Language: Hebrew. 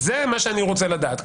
זה מה שאני רוצה לדעת,